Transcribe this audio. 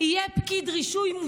סיימת את זמן הדיבור.